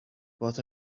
both